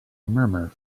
murmur